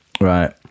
right